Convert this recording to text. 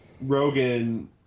Rogan